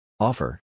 Offer